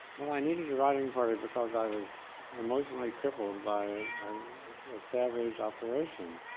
well, i needed a writing partner because i was emotionally crippled by a savage operation.